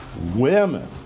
women